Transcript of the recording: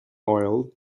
oil